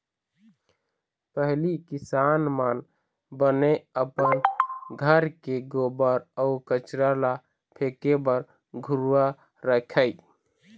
पहिली किसान मन बने अपन घर के गोबर अउ कचरा ल फेके बर घुरूवा रखय